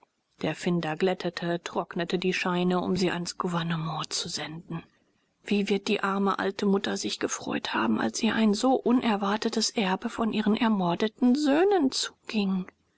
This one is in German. der finder glättete trocknete die scheine um sie ans gouvernement zu senden wie wird die arme alte mutter sich gefreut haben als ihr ein so unerwartetes erbe von ihren ermordeten söhnen zuging